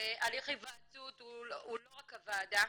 הליך היוועצות הוא לא רק הוועדה,